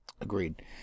agreed